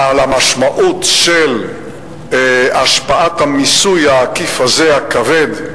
על המשמעות של השפעת המיסוי העקיף הזה, הכבד,